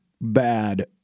bad